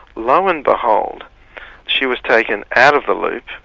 lo and behold she was taken out of the loop,